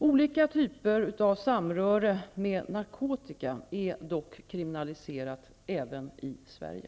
Olika typer av samröre med narkotika är dock kriminaliserat även i Sverige.